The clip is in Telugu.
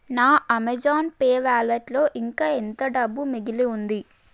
నా అమెజాన్ పే వాలెట్లో ఇంకా ఎంత డబ్బు మిగిలి ఉంది